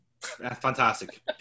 Fantastic